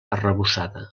arrebossada